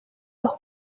los